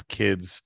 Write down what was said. kids